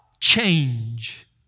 change